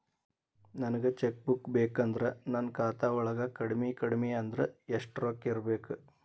ನನಗ cheque book ಬೇಕಂದ್ರ ನನ್ನ ಖಾತಾ ವಳಗ ಕಡಮಿ ಕಡಮಿ ಅಂದ್ರ ಯೆಷ್ಟ್ ರೊಕ್ಕ ಇರ್ಬೆಕು?